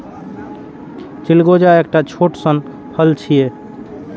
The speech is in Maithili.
चिलगोजा एकटा छोट सन फल छियै